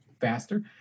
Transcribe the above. faster